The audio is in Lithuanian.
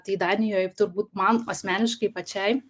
tai danijoj turbūt man asmeniškai pačiai